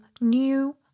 new